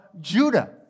Judah